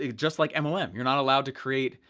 ah just like mlm, you're not allowed to create,